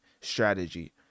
strategy